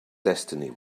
destiny